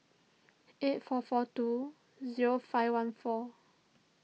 eight four four two zero five one four